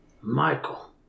Michael